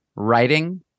Writing